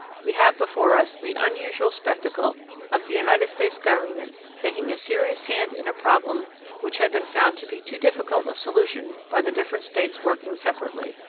we have before us the unusual spectacle of the united states government taking a serious hand in a problem which had been found to be too difficult of solution by the different states working separately.